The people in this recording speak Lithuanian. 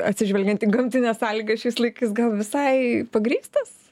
atsižvelgiant į gamtines sąlygas šiais laikais gal visai pagrįstas